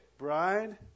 bride